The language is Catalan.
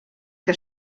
que